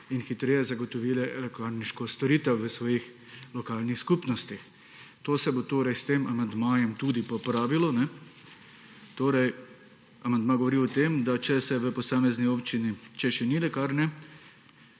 in hitreje zagotovile lekarniško storitev v svojih lokalnih skupnostih. To se bo s tem amandmajem popravilo. Amandma torej govori o tem, da če v posamezni občini še ni lekarne